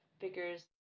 figures